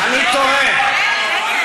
בושה וחרפה לך.